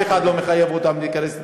אף אחד לא מחייב אותן להיכנס לתאגיד.